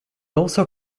also